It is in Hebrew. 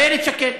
איילת שקד.